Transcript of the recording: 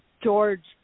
George